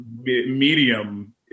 medium